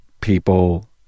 people